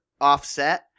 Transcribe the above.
offset